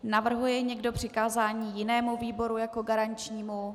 Navrhuje někdo přikázání jinému výboru jako garančnímu?